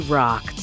rock